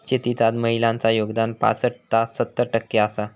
शेतीत आज महिलांचा योगदान पासट ता सत्तर टक्के आसा